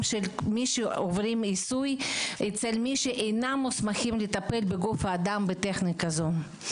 של מי שעוברים עיסוי אצל מי שאינם מוסמכים לטפל בגוף האדם בטכניקה זו.